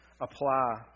apply